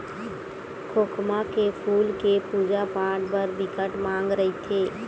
खोखमा के फूल के पूजा पाठ बर बिकट मांग रहिथे